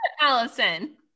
Allison